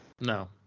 No